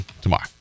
tomorrow